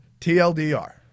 TLDR